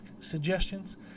suggestions